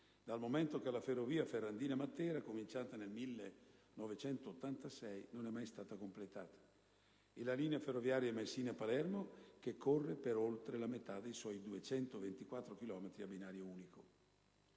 dal momento che la ferrovia Ferrandina-Matera, cominciata nel 1986, non è mai stata completata. In secondo luogo, la linea ferroviaria Messina-Palermo, che corre per oltre la metà dei suoi 224 chilometri a binario unico.